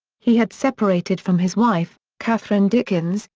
he had separated from his wife, catherine dickens,